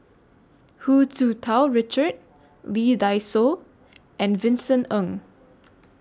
Hu Tsu Tau Richard Lee Dai Soh and Vincent Ng